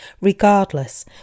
Regardless